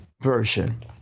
Version